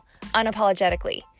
unapologetically